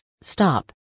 stop